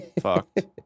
Fucked